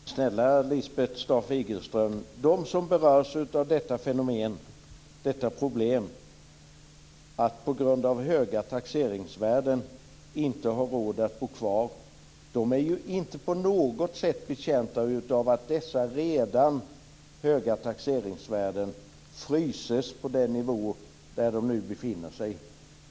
Fru talman! Snälla Lisbeth Staaf-Igelström, de som berörs av detta problem, dvs. att de på grund av höga taxeringsvärden inte har råd att bo kvar, är ju inte på något sätt betjänta av att dessa redan höga taxeringsvärden fryses på den nivå där de nu befinner sig.